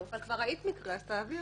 אבל כבר ראית מקרה, אז תעבירי.